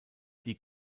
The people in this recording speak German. die